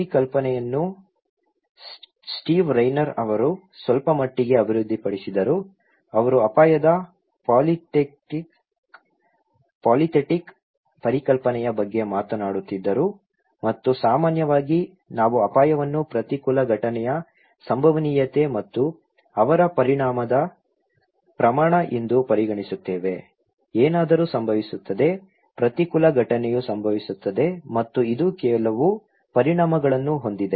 ಈ ಕಲ್ಪನೆಯನ್ನು Steve Rayner ಅವರು ಸ್ವಲ್ಪಮಟ್ಟಿಗೆ ಅಭಿವೃದ್ಧಿಪಡಿಸಿದರು ಅವರು ಅಪಾಯದ ಪಾಲಿಥೆಟಿಕ್ ಪರಿಕಲ್ಪನೆಯ ಬಗ್ಗೆ ಮಾತನಾಡುತ್ತಿದ್ದರು ಮತ್ತು ಸಾಮಾನ್ಯವಾಗಿ ನಾವು ಅಪಾಯವನ್ನು ಪ್ರತಿಕೂಲ ಘಟನೆಯ ಸಂಭವನೀಯತೆ ಮತ್ತು ಅವರ ಪರಿಣಾಮದ ಪ್ರಮಾಣ ಎಂದು ಪರಿಗಣಿಸುತ್ತೇವೆ ಏನಾದರೂ ಸಂಭವಿಸುತ್ತದೆ ಪ್ರತಿಕೂಲ ಘಟನೆಯು ಸಂಭವಿಸುತ್ತದೆ ಮತ್ತು ಇದು ಕೆಲವು ಪರಿಣಾಮಗಳನ್ನು ಹೊಂದಿದೆ